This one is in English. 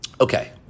Okay